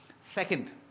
Second